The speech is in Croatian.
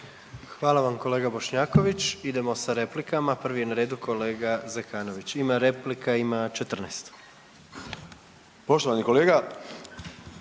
Hvala vam kolega Bošnjaković. Idemo sa replikama. Prvi je na redu kolega Zekanović. Ima replika ima 14. **Zekanović,